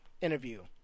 interview